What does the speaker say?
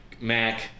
Mac